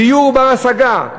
דיור בר-השגה.